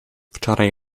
wczoraj